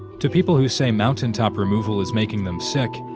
to people who say mountaintop removal is making them sick,